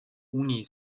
unii